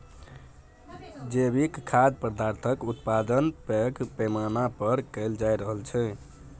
जैविक खाद्य पदार्थक उत्पादन पैघ पैमाना पर कएल जा रहल छै